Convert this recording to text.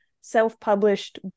self-published